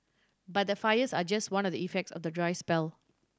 but the fires are just one of the effects of the dry spell